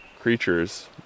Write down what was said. creatures